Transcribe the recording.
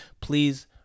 please